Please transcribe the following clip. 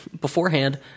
beforehand